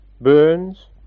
Burns